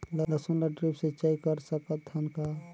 लसुन ल ड्रिप सिंचाई कर सकत हन का?